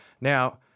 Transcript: Now